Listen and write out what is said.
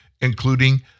including